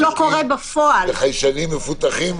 עם חיישנים מפותחים,